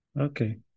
okay